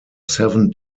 seven